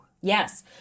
Yes